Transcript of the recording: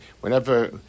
whenever